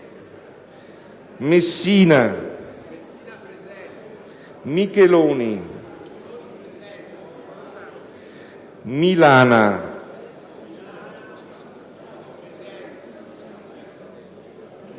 Messina, Micheloni, Milana,